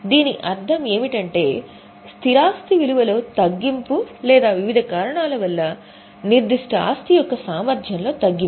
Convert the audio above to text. దీని అర్థం ఏమిటంటే స్థిర ఆస్తి విలువలో తగ్గింపు లేదా వివిధ కారణాల వల్ల నిర్దిష్ట ఆస్తి యొక్క సామర్థ్యంలో తగ్గింపు